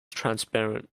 transparent